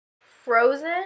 Frozen